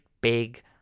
big